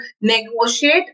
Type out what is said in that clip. negotiate